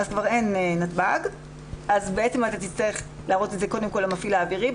כבר אין נתב"ג ובעצם אתה תצטרך להראות את זה קודם כל למפעיל האווירי,